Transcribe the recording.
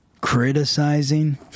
criticizing